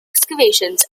excavations